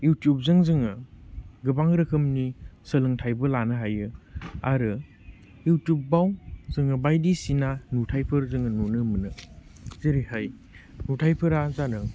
इउटुबजों जोङो गोबां रोखोमनि सोलोंथाइबो लानो हायो आरो इउटुबाव जोङो बायदिसिना नुथाइफोर जोङो नुनो मोनो जेरैहाय नुथाइफोरा जादों